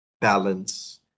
balance